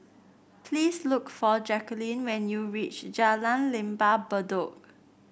please look for Jacquline when you reach Jalan Lembah Bedok